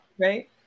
Right